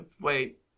wait